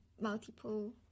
multiple